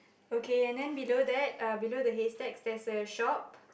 okay and then below that uh below the haystacks there's a shop